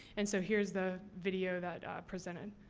and, so, here's the video that presented.